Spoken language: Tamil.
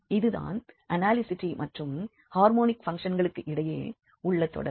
இது தான் அனாலிசிட்டி மற்றும் ஹார்மோனிக் பங்க்ஷன்களுக்கிடையே உள்ள தொடர்பு